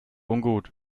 ungut